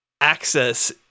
access